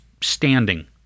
standing